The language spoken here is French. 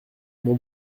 mon